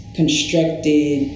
constructed